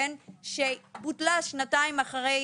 שבוטלה שנתיים אחרי